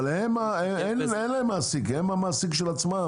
אבל אין להם מעסיק, והם המעסיק של עצמם.